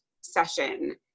session